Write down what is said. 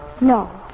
No